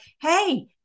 hey